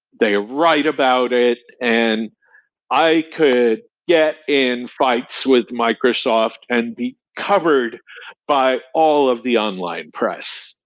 they write about it, and i could get in fights with microsoft and be covered by all of the online press,